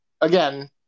again